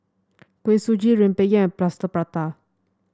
Kuih Suji rempeyek Plaster Prata